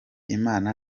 imana